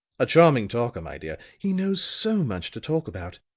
a charming talker, my dear he knows so much to talk about.